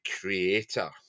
Creator